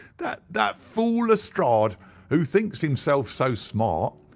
that that fool lestrade who thinks himself so smart,